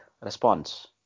response